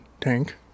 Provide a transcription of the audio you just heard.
tank